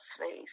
face